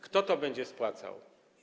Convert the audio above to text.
Kto to będzie spłacał?